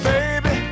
Baby